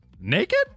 naked